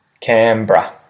Canberra